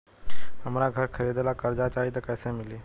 हमरा घर खरीदे ला कर्जा चाही त कैसे मिली?